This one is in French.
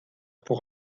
pour